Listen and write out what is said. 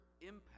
impact